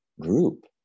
group